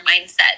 mindset